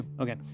Okay